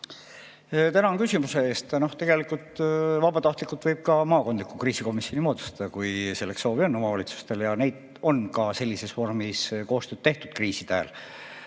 Tänan küsimuse eest! Tegelikult vabatahtlikult võib ka maakondliku kriisikomisjoni moodustada, kui selleks soovi on omavalitsustel. Ja neid on ka sellises vormis koostööd tehtud kriiside ajal.